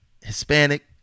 Hispanic